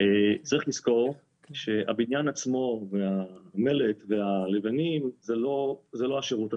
צריך לזכור שהבניין עצמו והמלט והלבנים זה לא השירות עצמו.